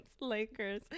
Lakers